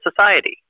society